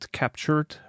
captured